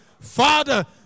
Father